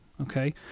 okay